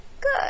Good